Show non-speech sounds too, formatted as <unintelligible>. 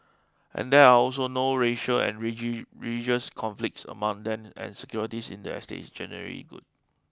and there are also no racial and <unintelligible> religious conflicts among them and security in the estates is generally good